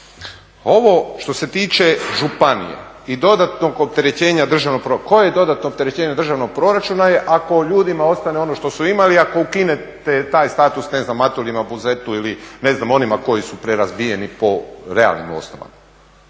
državnog proračuna, koje dodatno opterećenje državnog proračuna je ako ljudima ostane ono što su imali, ako ukinete taj status ne znam Matuljima, Buzetu ili ne znam onima koji su prerazvijeni po realnim osnovama.